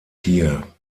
hier